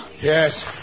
Yes